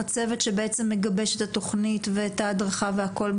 הצוות שבעצם מגבש את התוכנית ואת ההדרכה והכול,